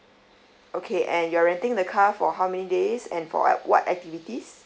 okay and you're renting the car for how many days and for like what activities